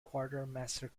quartermaster